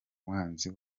umwanzi